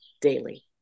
daily